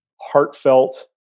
heartfelt